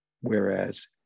Whereas